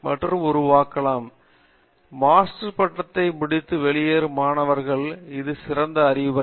பேராசிரியர் பிரதாப் ஹரிதாஸ் மாஸ்டர் பட்டத்தைத் முடித்து வெளியேறும் மாணவர்களுக்கு இது சிறந்த அறிவுரை